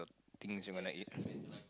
things you're gonna eat